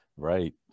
Right